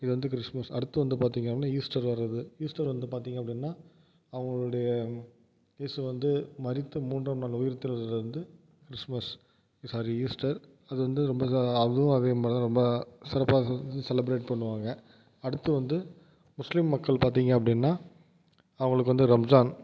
இது வந்து கிறிஸ்மஸ் அடுத்தது வந்து பார்த்திங்க அப்படினா ஈஸ்டர் வரது ஈஸ்டர் வந்துட்டு பார்த்திங்க அப்படினா அவர்களுடைய ஏசு வந்து மரித்து மூன்றாம் நாள் உயிர்தெழுவது வந்து கிறிஸ்மஸ் சாரி ஈஸ்டர் அது வந்து ரொம்ப கா அதுவும் அதே மாதிரி தான் ரொம்ப சிறப்பாக இது செலப்ரேட் பண்ணுவாங்க அடுத்து வந்து முஸ்லீம் மக்கள் பார்த்திங்க அப்படினா அவர்களுக்கு வந்து ரம்ஜான்